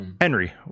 henry